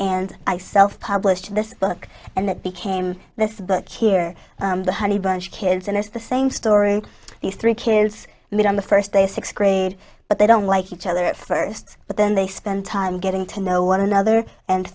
and i self published this book and it became this book here honeybunch kids and it's the same story these three kids meet on the first day of sixth grade but they don't like each other at first but then they spend time getting to know one another and